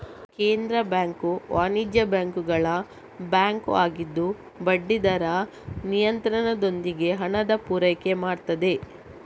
ಕೇಂದ್ರ ಬ್ಯಾಂಕು ವಾಣಿಜ್ಯ ಬ್ಯಾಂಕುಗಳ ಬ್ಯಾಂಕು ಆಗಿದ್ದು ಬಡ್ಡಿ ದರ ನಿಯಂತ್ರಣದೊಂದಿಗೆ ಹಣದ ಪೂರೈಕೆ ಮಾಡ್ತದೆ